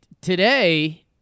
today